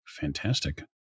Fantastic